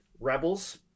rebels